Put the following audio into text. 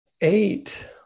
eight